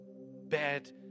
bad